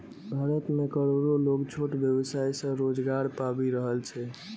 भारत मे करोड़ो लोग छोट व्यवसाय सं रोजगार पाबि रहल छै